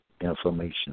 information